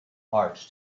art